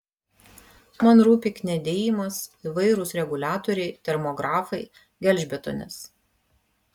man rūpi kniedijimas įvairūs reguliatoriai termografai gelžbetonis